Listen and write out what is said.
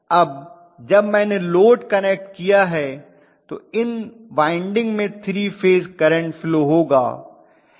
अब जब मैंने लोड कनेक्ट किया है तो इन वाइंडिंग से 3 फेज करंट फ्लो होगा